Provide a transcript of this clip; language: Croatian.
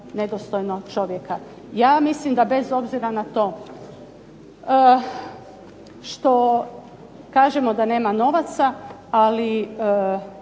nedostojno čovjeka. Ja mislim da bez obzira na to što kažemo da nema novaca, ali